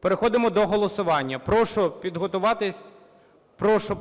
Переходимо до голосування. Прошу підготуватись, прошу